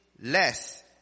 less